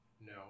No